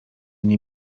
nie